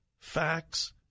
Facts